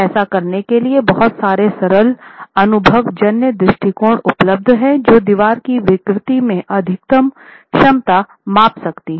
ऐसा करने के लिए बहुत सारे सरल अनुभवजन्य दृष्टिकोण उपलब्ध हैं जो दीवार की विकृति में अधिकतम क्षमता माप सकती है